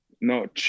No